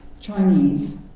Chinese